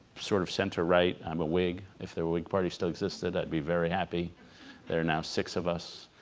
sort of center-right i'm a wig if they're week party still existed i'd be very happy there now six of us